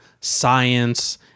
science